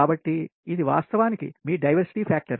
కాబట్టి ఇది వాస్తవానికి మీ డైవర్సిటీ ఫ్యాక్టర్